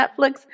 Netflix